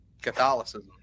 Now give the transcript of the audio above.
Catholicism